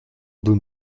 doen